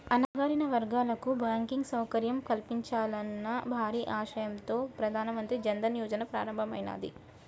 అణగారిన వర్గాలకు బ్యాంకింగ్ సౌకర్యం కల్పించాలన్న భారీ ఆశయంతో ప్రధాన మంత్రి జన్ ధన్ యోజన ప్రారంభమైనాది